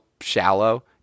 shallow